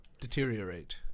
Deteriorate